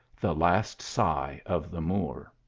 the last sigh of the moor.